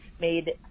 made